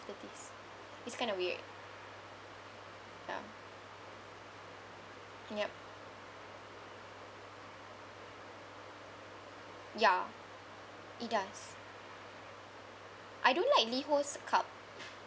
aftertaste it's kind of weird ya yup ya it does I don't like Liho's cup